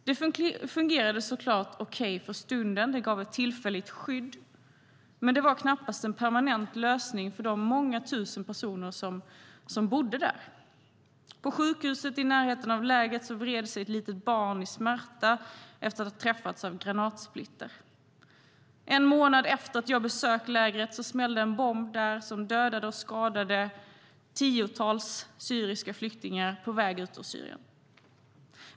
Det fungerade så klart okej för stunden och gav ett tillfälligt skydd, men det var knappast en permanent lösning för de många tusen personer som bodde där. På sjukhuset i närheten av lägret vred sig ett litet barn i smärta efter att ha träffats av granatsplitter. En månad efter att jag besökt det smällde en bomb där som dödade och skadade ett tiotal syriska flyktingar på väg ut ur Syrien.